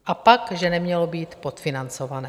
A pak že nemělo být podfinancované!